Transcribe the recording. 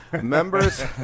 Members